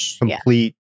complete